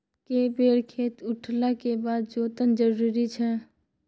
के बेर खेत उठला के बाद जोतब जरूरी छै?